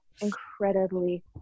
incredibly